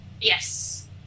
Yes